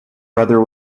brother